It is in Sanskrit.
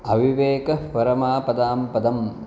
अविवेकः परमापदां पदम्